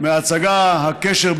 הצעת חוק-יסוד: הממשלה (תיקון מס' 6) והצעת חוק הממשלה (תיקון מס' 12),